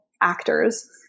actors